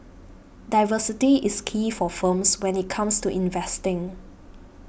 diversity is key for firms when it comes to investing